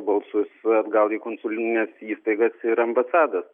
balsus atgal į konsulines įstaigas ir ambasadas